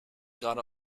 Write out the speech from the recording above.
gerade